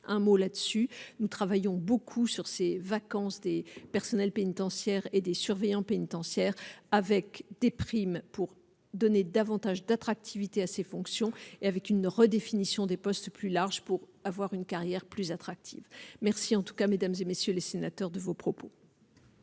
un mot là-dessus, nous travaillons beaucoup sur ses vacances, des personnels pénitentiaires et des surveillants pénitentiaires avec des primes pour donner davantage d'attractivité à ses fonctions et avec une redéfinition des postes plus large pour avoir une carrière plus attractive, merci en tout cas, mesdames et messieurs les sénateurs, de vos propos.